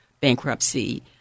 bankruptcy